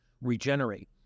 regenerate